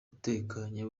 utekanye